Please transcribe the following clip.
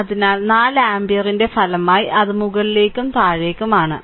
അതിനാൽ 4 ആമ്പിയറിന്റെ ഫലമായി അത് മുകളിലേക്കും താഴേക്കും ആണ്